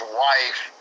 wife